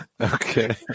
Okay